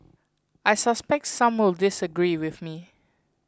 I suspect some will disagree with me